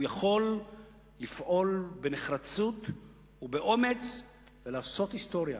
הוא יכול לפעול בנחרצות ובאומץ ולעשות היסטוריה,